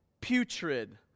putrid